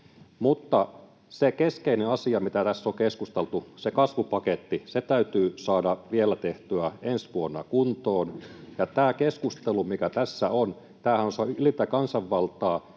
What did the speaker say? Mutta se keskeinen asia, mistä tässä on keskusteltu, se kasvupaketti: se täytyy saada vielä tehtyä ensi vuonna kuntoon. Ja tämä keskustelu, mikä tässä on, tämähän on sitä ylintä kansanvaltaa.